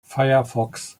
firefox